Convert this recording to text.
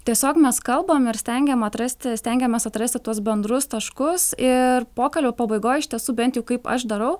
tiesiog mes kalbam ir stengiam atrasti stengiamės atrasti tuos bendrus taškus ir pokalbio pabaigoj iš tiesų bent jau kaip aš darau